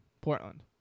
Portland